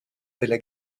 delle